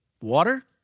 Water